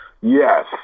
Yes